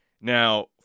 Now